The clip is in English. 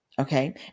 Okay